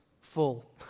full